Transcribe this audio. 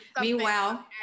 meanwhile